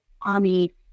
army